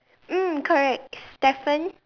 mm correct Stefan